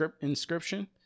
inscription